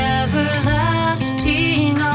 everlasting